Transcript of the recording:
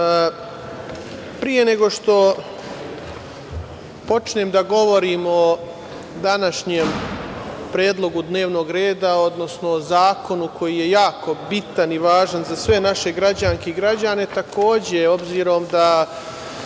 pre nego što počnem da govorim o današnjem predlogu dnevnog reda, odnosno zakonu koji je jako bitan i važan za sve naše građanke i građane, takođe, obzirom da